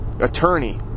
attorney